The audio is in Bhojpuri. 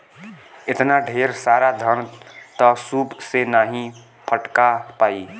एतना ढेर सारा धान त सूप से नाहीं फटका पाई